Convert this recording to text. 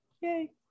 Yay